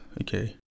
okay